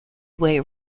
way